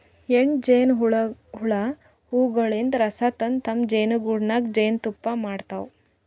ಹೆಣ್ಣ್ ಜೇನಹುಳ ಹೂವಗೊಳಿನ್ದ್ ರಸ ತಂದ್ ತಮ್ಮ್ ಜೇನಿಗೂಡಿನಾಗ್ ಜೇನ್ತುಪ್ಪಾ ಮಾಡ್ತಾವ್